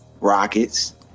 Rockets